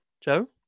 Joe